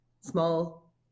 small